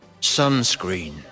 sunscreen